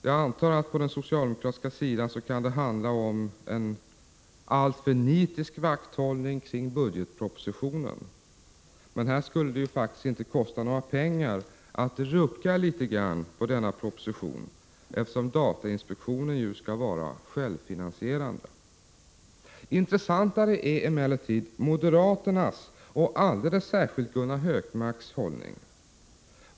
Jag antar att det på den socialdemokratiska sidan kan handla om en alltför nitisk vakthållning kring budgetpropositionen. Men här skulle det ju faktiskt 133 inte kosta några pengar att rucka litet grand på denna proposition, eftersom datainspektionen skall vara självfinansierande. Intressantare är emellertid moderaternas och alldeles särskilt Gunnar Hökmarks hållning.